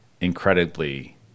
incredibly